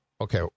Okay